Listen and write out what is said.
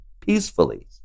peacefully